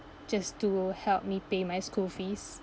just to help me pay my school fees